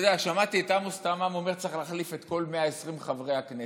שמעתי את עמוס תמם אומר: צריך להחליף את כל 120 חברי הכנסת.